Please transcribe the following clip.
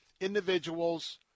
individuals